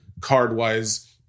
card-wise